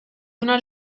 una